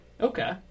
okay